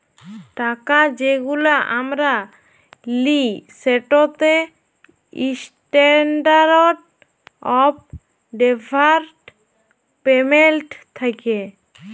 টাকা যেগুলা আমরা লিই সেটতে ইসট্যান্ডারড অফ ডেফার্ড পেমেল্ট থ্যাকে